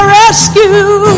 rescue